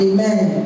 Amen